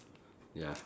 ya